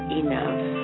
enough